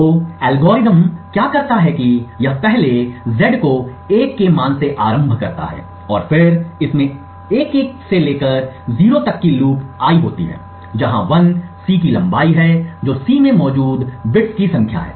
तो एल्गोरिथ्म यह क्या करता है कि यह पहले Z को 1 के मान से आरंभ करता है और फिर इसमें l 1 से लेकर 0 तक की लूप i होती है जहाँ l C की लंबाई है जो C में मौजूद बिट्स की संख्या है